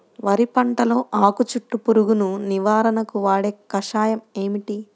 వరి పంటలో ఆకు చుట్టూ పురుగును నివారణకు వాడే కషాయం ఏమిటి?